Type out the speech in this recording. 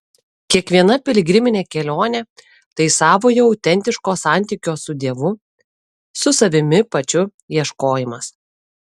kiekviena piligriminė kelionė tai savojo autentiško santykio su dievu su savimi pačiu ieškojimas